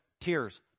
tears